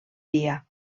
dia